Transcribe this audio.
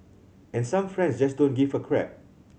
and some friends just don't give a crap